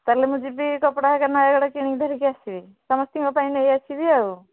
ତାହେଲେ ମୁଁ ଯିବି କପଡ଼ା ହେରିକା ନୟାଗଡ଼ କିଣିକି ଧରିକି ଆସିବି ସମସ୍ତିଙ୍କ ପାଇଁ ନେଇ ଆସିବି ଆଉ